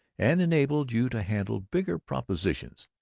and enabled you to handle bigger propositions.